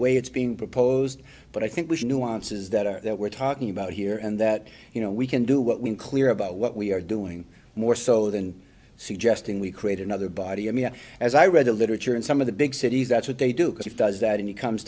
way it's being proposed but i think we should nuances that are that we're talking about here and that you know we can do what we are clear about what we are doing more so than suggesting we create another body i mean as i read the literature and some of the big cities that's what they do because it does that and it comes